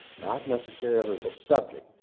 not necessarily the subject,